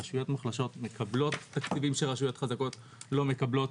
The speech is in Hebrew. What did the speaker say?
רשויות מוחלשות מקבלות תקציבים שרשויות חזקות לא מקבלות.